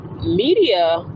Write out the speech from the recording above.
media